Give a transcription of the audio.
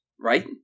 Right